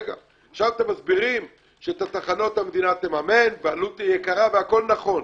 עכשיו אתם מסבירים שאת התחנות המדינה תממן והעלות היא יקרה והכל נכון.